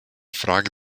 frage